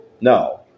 No